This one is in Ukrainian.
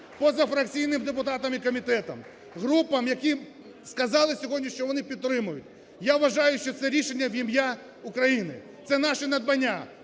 позафракційним депутатам і комітетам, групам, яким сказали сьогодні, що вони підтримують. Я вважаю, що це рішення в ім'я України, це наше надбання: